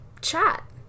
chat